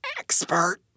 Expert